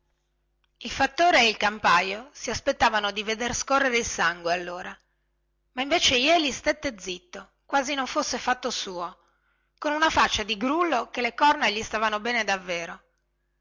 il fattore e il campajo si aspettavano di veder scorrere il sangue a quelle parole ma invece jeli rimase istupidito come se non le avesse udite o come se non fosse fatto suo con una faccia da bue che le corna gli stavano bene davvero